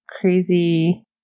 crazy